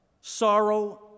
sorrow